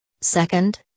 Second